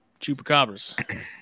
chupacabras